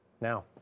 now